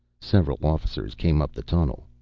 several officers came up the tunnel.